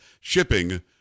Shipping